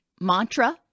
mantra